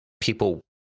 people